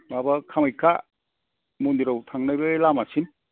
माबा कामाख्या मन्दिराव थांनाय बै लामाथिं